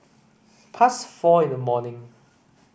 past four in the morning